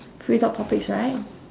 free talk topics right